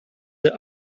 der